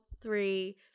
three